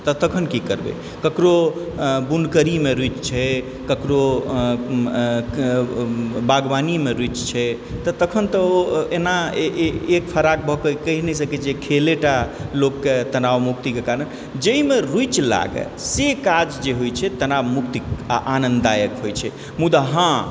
तऽ तखन की करबै ककरो बुनकरीमे रूचि छै ककरो बागवानीमे रूचि छै तऽ तखन तऽ ओ एना एक फराक भऽके कहि नहि सकै छियै खेले टा लोकके तनावमुक्तिके कारण जाहिमे रूचि लागे से काज जे होय छै तनावमुक्ति आनन्ददायक होइ छै